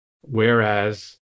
Whereas